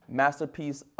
masterpiece